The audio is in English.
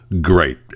great